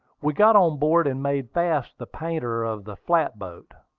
we got on board and made fast the painter of the flat-boat,